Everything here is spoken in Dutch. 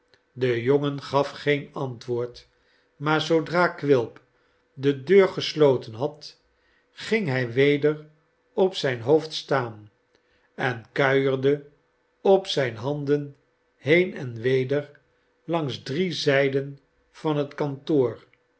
de jongen gaf geen antwoord maar zoodra quilp de deur gesloten had ging hij weder op zijn hoofd staan en kuierde op zijne handen been en weder langs drie zijden van het kantoor